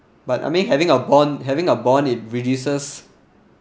but I mean having a bond having a bond it reduces